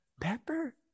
Pepper